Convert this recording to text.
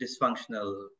dysfunctional